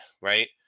right